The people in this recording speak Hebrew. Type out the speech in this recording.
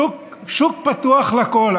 שוק פתוח לכול,